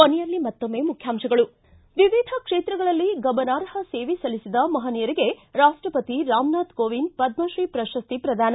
ಕೊನೆಯಲ್ಲಿ ಮತ್ತೊಮ್ನೆ ಮುಖ್ಯಾಂಶಗಳು ಿ ವಿವಿಧ ಕ್ಷೇತ್ರಗಳಲ್ಲಿ ಗಮನಾರ್ಹ ಸೇವೆ ಸಲ್ಲಿಸಿದ ಮಹನೀಯರಿಗೆ ರಾಷ್ಟಪತಿ ರಾಮನಾಥ ಕೋವಿಂದ್ ಪದ್ಮಶ್ರೀ ಪ್ರಶಸ್ತಿ ಪ್ರದಾನ